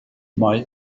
mae